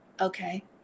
Okay